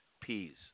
peas